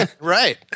Right